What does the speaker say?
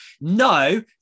no